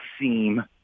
seem